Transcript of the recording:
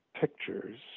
pictures